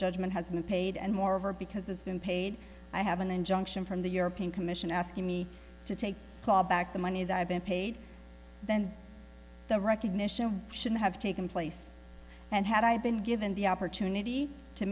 judgment has been paid and moreover because it's been paid i have an injunction from the european commission asking me to take back the money that i have been paid then the recognition should have taken place and had i been given the opportunity to